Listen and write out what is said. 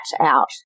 out